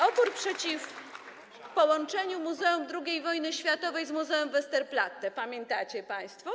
Opór przeciw połączeniu Muzeum II Wojny Światowej z muzeum Westerplatte, pamiętacie państwo?